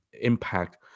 impact